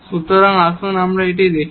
সুতরাং আসুন আমরা এখানে এটি লিখি